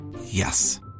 Yes